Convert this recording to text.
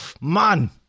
Man